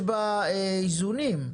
יש איזונים.